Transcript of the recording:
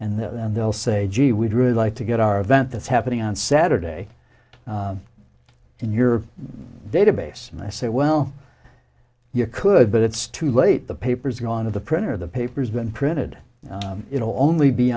and then and they'll say gee we'd really like to get our event that's happening on saturday in your database and i said well you could but it's too late the paper's gone to the printer the papers been printed it'll only be